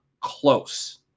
close